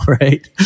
right